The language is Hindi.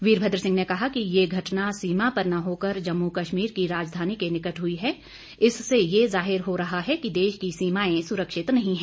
वीरभद्र सिंह ने कहा कि यह घटना सीमा पर न होकर जम्मू कश्मीर की राजधानी के निकट हुई है इससे यह जाहिर हो रहा है कि देश की सीमाएं सुरक्षित नहीं हैं